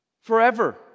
Forever